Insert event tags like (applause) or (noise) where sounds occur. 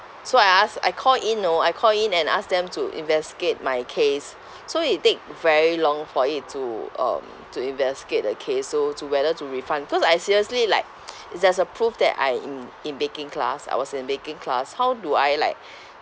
so I ask I call in you know I call in and ask them to investigate my case so it take very long for it to um to investigate the case so to whether to refund cause I seriously like (noise) is there's a proof that I in in baking class I was in baking class how do I like